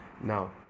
Now